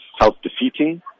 self-defeating